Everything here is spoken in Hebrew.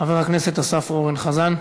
חבר הכנסת אסף אורן חזן.